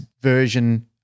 version